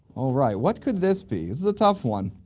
alright what could this be? the tough one.